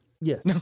Yes